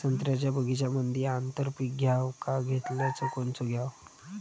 संत्र्याच्या बगीच्यामंदी आंतर पीक घ्याव का घेतलं च कोनचं घ्याव?